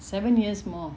seven years more